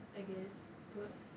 I guess but